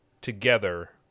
together